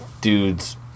dudes